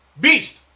Beast